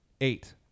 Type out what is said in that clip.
eight